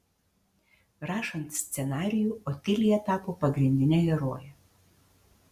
rašant scenarijų otilija tapo pagrindine heroje